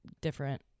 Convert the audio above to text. different